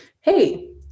Hey